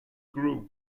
grew